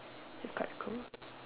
it's quite cool